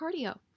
cardio